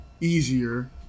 easier